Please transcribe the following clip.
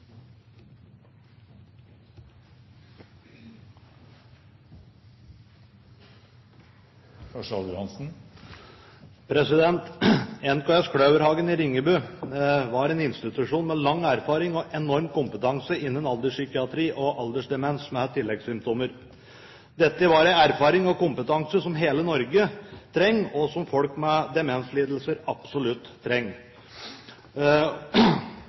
NKS Kløverhagen i Ringebu var en institusjon med lang erfaring og enorm kompetanse innen alderspsykiatri og aldersdemens med tilleggssymptomer. Dette var erfaring og kompetanse som hele Norge trenger, og som folk med demenslidelser absolutt trenger.